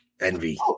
envy